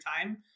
time